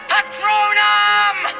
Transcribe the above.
Patronum